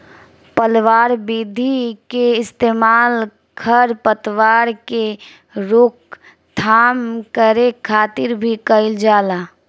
पलवार विधि के इस्तेमाल खर पतवार के रोकथाम करे खातिर भी कइल जाला